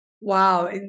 Wow